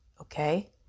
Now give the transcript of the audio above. Okay